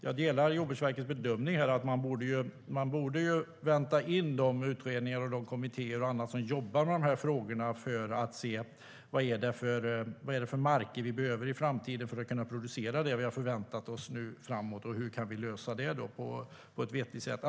Jag delar Jordbruksverkets bedömning att man borde vänta in de utredningar, kommittéer och annat som jobbar med de här frågorna för att se vad det är för marker vi behöver i framtiden för att kunna producera det vi har förväntat oss och hur vi kan lösa detta på ett vettigt sätt.